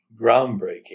groundbreaking